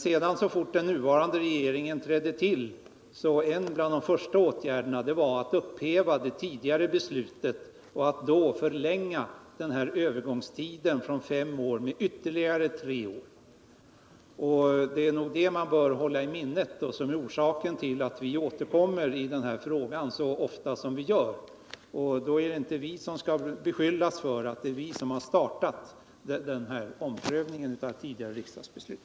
Sedan den nuvarande regeringen tillträtt blev en av de första åtgärderna att upphäva det tidigare beslutet att förlänga övergångstiden på fem år med ytterligare tre år. Man bör hålla detta i minnet, för det är orsaken till att vi återkommer till den här frågan så ofta som vi gör. Man kan alltså inte beskylla oss för att ha startat omprövningen av tidigare riksdagsbeslut.